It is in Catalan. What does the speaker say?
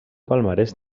palmarès